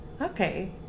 Okay